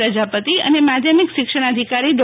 પ્રજાપતિ અને માધ્યમિક શિક્ષણાધિકારી ડો